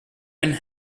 and